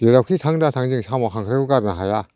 जेरावखि थां दाथां जों साम' खांख्रायखौ गारनो हाया